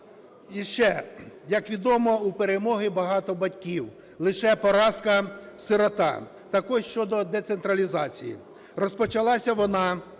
І ще. Як відомо, у перемоги багато батьків, лише поразка – сирота. Так ось щодо децентралізації. Розпочалася вона,